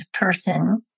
person